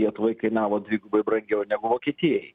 lietuvai kainavo dvigubai brangiau negu vokietijai